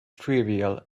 trivial